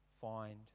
find